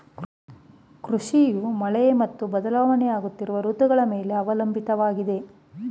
ಕೃಷಿಯು ಮಳೆ ಮತ್ತು ಬದಲಾಗುತ್ತಿರುವ ಋತುಗಳ ಮೇಲೆ ಅವಲಂಬಿತವಾಗಿದೆ